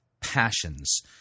passions